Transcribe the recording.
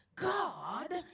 God